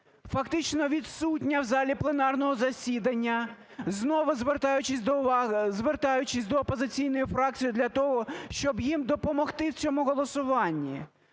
фактично відсутня в залі пленарного засідання, знову звертаючись до опозиційної фракції для того, щоб їм допомогти в цьому голосуванні.